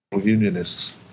unionists